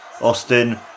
Austin